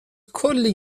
کلی